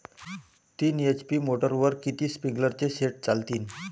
तीन एच.पी मोटरवर किती स्प्रिंकलरचे सेट चालतीन?